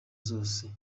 zose